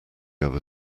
other